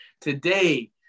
Today